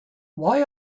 why